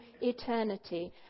eternity